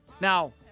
Now